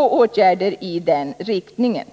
åtgärder i denna riktning.